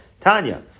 Tanya